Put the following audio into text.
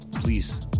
please